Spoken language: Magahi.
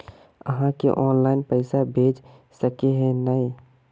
आहाँ के ऑनलाइन पैसा भेज सके है नय?